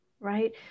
right